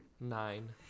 Nine